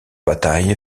bataille